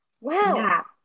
Wow